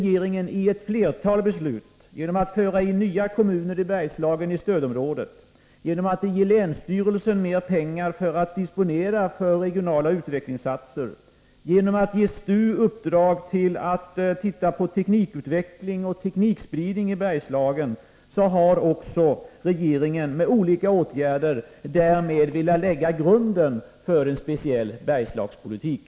Genom ett flertal beslut — genom att föra in nya kommuner i Bergslagen i stödområdet, genom att ge länsstyrelsen mer pengar att disponera för regionala utvecklingsinsatser, genom att ge STU i uppdrag att se på teknikutveckling och teknikspridning i Bergslagen — har regeringen velat lägga grunden för en speciell Bergslagspolitik.